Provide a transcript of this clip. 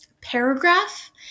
paragraph